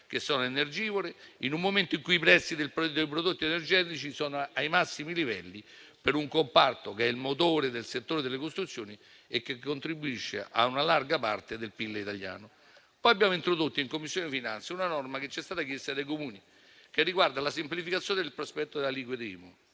aziende energivore, in un momento in cui i prezzi dei prodotti energetici sono ai massimi livelli per un comparto che è il motore del settore delle costruzioni e che contribuisce a una larga parte del PIL italiano. In Commissione finanze abbiamo poi introdotto una norma che ci è stata chiesta dai Comuni, che riguarda la semplificazione del prospetto delle aliquote IMU